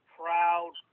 proud